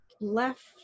left